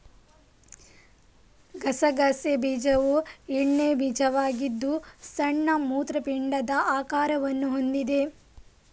ಗಸಗಸೆ ಬೀಜವು ಎಣ್ಣೆ ಬೀಜವಾಗಿದ್ದು ಸಣ್ಣ ಮೂತ್ರಪಿಂಡದ ಆಕಾರವನ್ನು ಹೊಂದಿದೆ